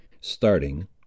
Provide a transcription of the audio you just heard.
starting